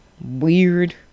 weird